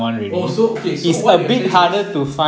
oh so okay so what you are saying is